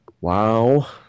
Wow